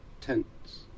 Tents